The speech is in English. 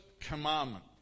commandment